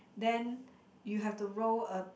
then you have to roll a